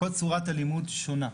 כל צורת הלימוד שונה.